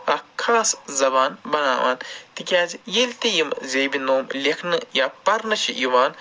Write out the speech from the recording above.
اکھ خاص زَبان بَناوان تِکیازِ ییٚلہِ تہِ یِم زیبی ناو لٮ۪کھان چھِ یا پَرنہٕ چھِ یِوان